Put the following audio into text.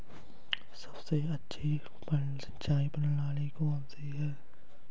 सबसे अच्छी सिंचाई प्रणाली कौन सी है?